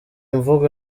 mvugo